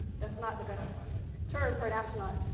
that's not the best term for an astronaut,